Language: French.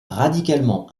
radicalement